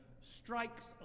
strikes